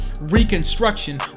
Reconstruction